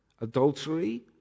Adultery